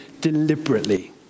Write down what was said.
deliberately